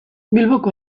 bilboko